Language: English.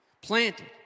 planted